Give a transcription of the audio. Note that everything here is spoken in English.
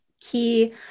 key